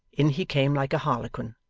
in he came like a harlequin,